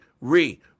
re